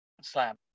slam